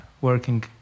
working